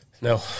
No